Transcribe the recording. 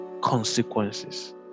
consequences